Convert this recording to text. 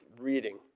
reading